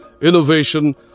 innovation